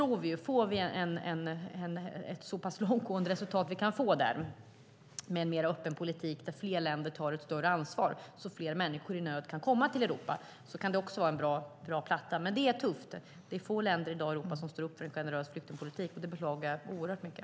Om vi kan få ett så pass långtgående resultat som möjligt med mer öppen politik där fler länder tar ett större ansvar så att fler människor i nöd kan komma till Europa kan det bli en bra plattform. Det är tufft. Det är få länder i dag i Europa som står upp för en generös flyktingpolitik. Det beklagar jag oerhört mycket.